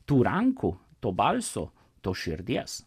tų rankų to balso tos širdies